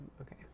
Okay